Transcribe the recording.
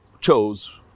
chose